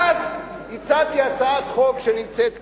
ואז הצעתי הצעת חוק שנמצאת כאן.